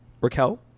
raquel